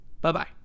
bye-bye